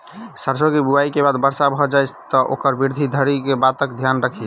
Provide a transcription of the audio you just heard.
सैरसो केँ बुआई केँ बाद वर्षा भऽ जाय तऽ ओकर वृद्धि धरि की बातक ध्यान राखि?